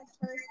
first